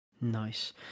Nice